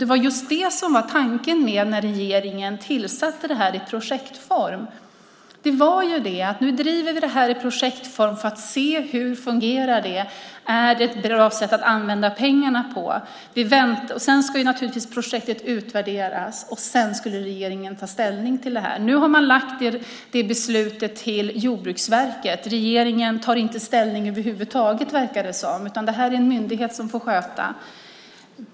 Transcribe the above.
Det var just det som var tanken när regeringen tillsatte detta i projektform. Det skulle drivas i projektform för att man skulle se hur det fungerade och om det var ett bra sätt att använda pengarna på. Sedan skulle projektet naturligtvis utvärderas. Därefter skulle regeringen ta ställning till detta. Nu har man lagt beslutet hos Jordbruksverket. Regeringen tar inte ställning över huvud taget verkar det som, utan det är en myndighet som får sköta det.